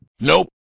Nope